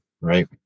Right